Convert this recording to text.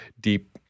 deep